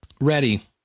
Ready